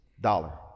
dollar